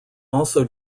also